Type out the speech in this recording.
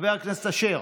חבר הכנסת אשר,